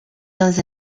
dans